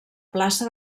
plaça